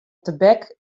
tebek